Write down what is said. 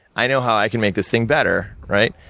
i know how i can make this thing better, right?